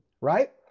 right